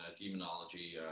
demonology